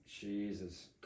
Jesus